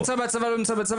נמצא בצבא או לא נמצא בצבא,